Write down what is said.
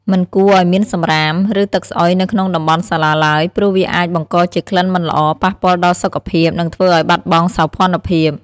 មិនគួរឲ្យមានសំរាម ឬទឹកស្អុយនៅក្នុងតំបន់សាលាឡើយ ព្រោះវាអាចបង្កជាក្លិនមិនល្អ ប៉ះពាល់ដល់សុខភាព និងធ្វើឲ្យបាត់បង់សោភ័ណភាព។